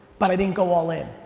but i didn't go all in.